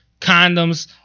condoms